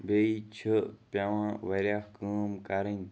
بیٚیہِ چھِ پیٚوان واریاہ کٲم کَرٕنۍ